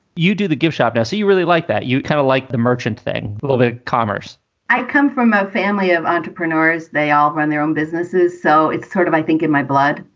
you do the gift shop. so you really like that? you kind of like the merchant thing? but well, the commerce i come from a family of entrepreneurs. they all run their own businesses. so it's sort of i think in my blood,